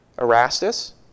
Erastus